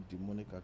demonic